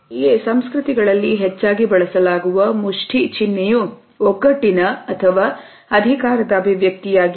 ಹಾಗೆಯೇ ಸಂಸ್ಕೃತಿಗಳಲ್ಲಿ ಹೆಚ್ಚಾಗಿ ಬಳಸಲಾಗುವ ಮುಷ್ಟಿ ಚಿಹ್ನೆಯು ಒಗ್ಗಟ್ಟಿನ ಅಥವಾ ಅಧಿಕಾರದ ಅಭಿವ್ಯಕ್ತಿಯಾಗಿದೆ